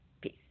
Peace